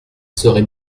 serait